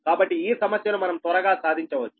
కాబట్టి ఈ సమస్యను మనం త్వరగా సాధించవచ్చు